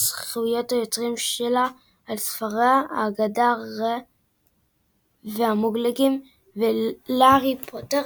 זכויות היוצרים שלה על ספריה "אגדה רה והמוגלגים" ו"לארי פוטר